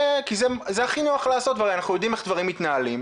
כי זה הכי נוח לעשות ואנחנו יודעים הרי איך דברים מתנהלים.